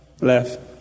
left